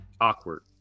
awkward